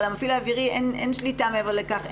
למפעיל האווירי אין שליטה מעבר לכך,